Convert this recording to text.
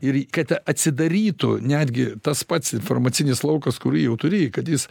ir kad atsidarytų netgi tas pats informacinis laukas kurį jau turėjai kad jis